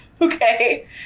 Okay